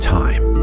time